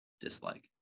dislike